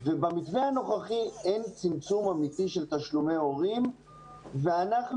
במתווה הנוכחי אין צמצום אמיתי של תשלומי הורים ואנחנו